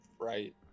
Right